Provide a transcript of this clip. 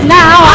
now